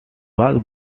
was